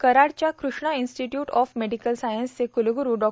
कराडच्या Krishna institute of medical science चे क्लग्रू डॉ